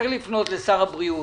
צריך לפנות לשר הבריאות.